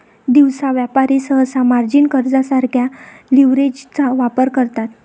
दिवसा व्यापारी सहसा मार्जिन कर्जासारख्या लीव्हरेजचा वापर करतात